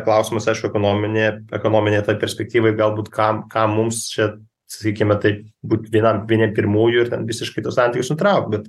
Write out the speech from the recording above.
klausimas aišku ekonominėje ekonominėj toj perspektyvoj galbūt kam kam mums čia sakykime taip būt vienam vieniem pirmųjų ir ten visiškai tuos santykius nutraukt bet